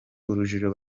urujijo